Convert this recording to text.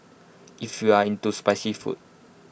if you are into spicy food